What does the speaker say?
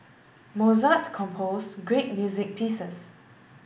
Mozart composed great music pieces